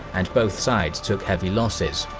and both sides took heavy losses.